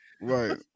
Right